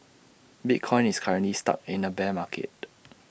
bitcoin is currently stuck in A bear market